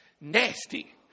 Nasty